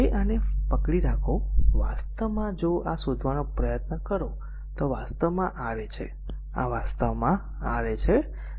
હવે આને પકડી રાખો વાસ્તવમાં જો આ શોધવાનો પ્રયત્ન કરો તો આ વાસ્તવમાં r a છે અને આ વાસ્તવમાં R a છે